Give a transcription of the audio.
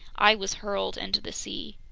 i was hurled into the sea.